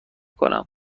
کنم